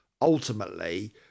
ultimately